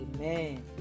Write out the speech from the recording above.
Amen